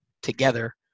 Together